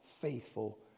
faithful